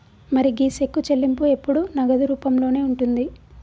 మరి గీ సెక్కు చెల్లింపు ఎప్పుడు నగదు రూపంలోనే ఉంటుంది